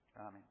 Amen